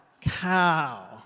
Cow